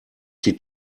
die